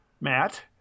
Matt